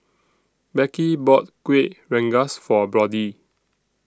Becky bought Kuih Rengas For Brody